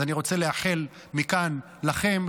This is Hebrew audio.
אז אני רוצה לאחל מכאן לכם,